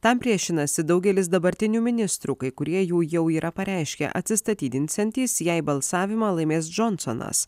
tam priešinasi daugelis dabartinių ministrų kai kurie jų jau yra pareiškę atsistatydinsiantys jei balsavimą laimės džonsonas